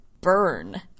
Burn